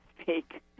speak